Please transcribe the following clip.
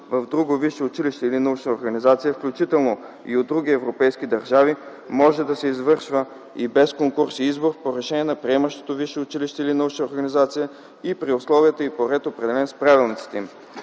в друго висше училище или научна организация, включително и от други европейски държави, може да се извършва и без конкурс и избор по решение на приемащото висше училище или научна организация и при условия и по ред, определени с правилниците им.